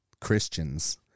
Christians